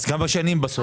אז כמה שנים בסוף?